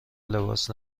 لباس